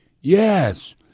Yes